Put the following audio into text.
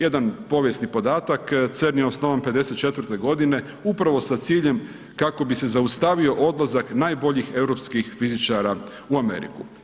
Jedan povijesni podatak, CERN je osnovan '54. g. upravo sa ciljem kako bi se zaustavo odlazak najboljih europskih fizičara u Ameriku.